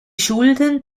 schulden